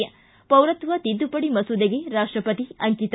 ಿ ಪೌರತ್ವ ತಿದ್ದುಪಡಿ ಮಸೂದೆಗೆ ರಾಷ್ಟಪತಿ ಅಂಕಿತ